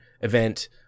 event